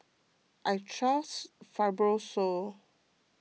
I trust Fibrosol